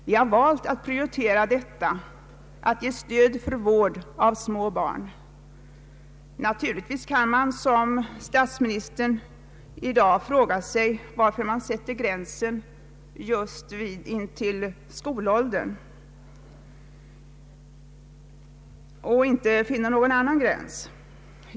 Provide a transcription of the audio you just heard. Vi har valt att prioritera detta stöd för vård av små barn. Naturligtvis kan man, som finansministern gjorde i dag, fråga sig varför vi sätter gränsen just vid skolåldern.